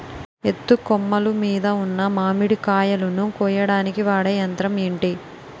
ఎత్తు కొమ్మలు మీద ఉన్న మామిడికాయలును కోయడానికి వాడే యంత్రం ఎంటి?